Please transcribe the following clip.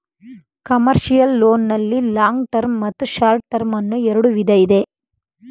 commercial loan ನಲ್ಲಿ long term ಮತ್ತು short term ಅನ್ನೋ ಎರಡು ವಿಧ ಇದೆ